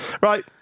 Right